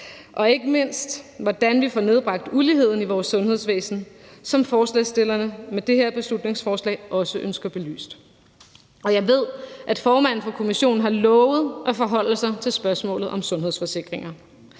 og ikke mindst hvordan vi får nedbragt uligheden i vores sundhedsvæsen, hvilket forslagsstillerne med det her beslutningsforslag også ønsker belyst. Jeg ved, at formanden for kommissionen har lovet at forholde sig til spørgsmålet om sundhedsforsikringer.